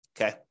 okay